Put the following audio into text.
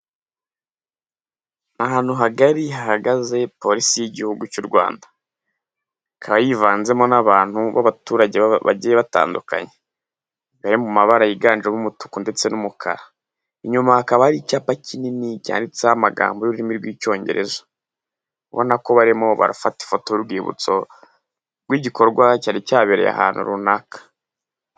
Ahantu hagari hahagaze porisi y'igihugu cy'u Rwanda, ikaba yivanzemo n'abantu b'abaturage bagiye batandukanye, bari mu mabara yiganjemo umutuku ndetse n'umukara, inyuma hakaba ari icyapa kinini cyanditseho amagambo y'ururimi rw'Icyongereza, ubona ko barimo barafata ifoto y'urwibutso rw'igikorwa cyari cyabereye ahantu runaka.